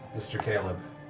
mr. caleb.